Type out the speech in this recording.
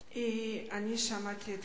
שאלה נוספת לחברת הכנסת סולודקין.